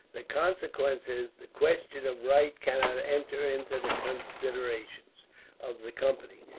the consequence is, the question of right cannot enter into the considerations of the company.